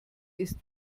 ist